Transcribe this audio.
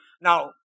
Now